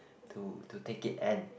to to take it and